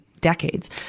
decades